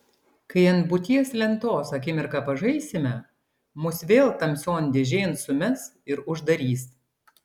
kai ant būties lentos akimirką pažaisime mus vėl tamsion dėžėn sumes ir uždarys